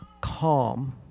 calm